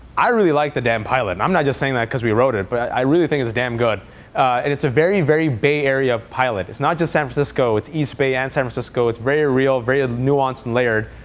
i really like the damn pilot. i'm not just saying that because we wrote it. but i really think it's damn good. and it's a very, very bay area pilot. it's not just san francisco. it's east bay and san francisco. it's very ah real, very ah nuanced, and layered.